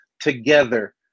together